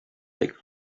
looked